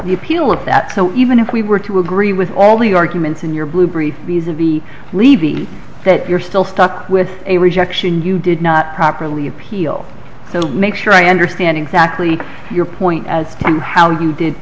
the appeal of that so even if we were to agree with all the arguments in your blue brief because of the levy that you're still stuck with a rejection you did not properly appeal so make sure i understand exactly your point as to how you did